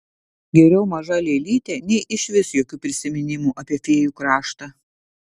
geriau maža lėlytė nei išvis jokių prisiminimų apie fėjų kraštą